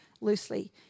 loosely